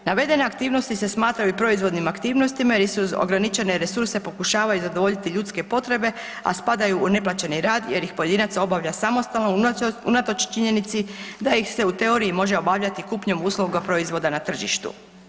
Navedene aktivnosti se smatraju proizvodnim aktivnostima jer ograničene resurse pokušavaju zadovoljiti ljudske potrebe, a spadaju u neplaćeni rad jer ih pojedinac obavlja samostalno unatoč činjenici da ih se u teoriji može obavljati kupnjom usluga proizvoda na tržištu.